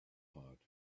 heart